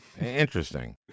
Interesting